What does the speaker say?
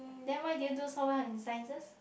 never mind they do so hard in sciences